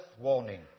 warning